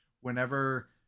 whenever